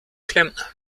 klempner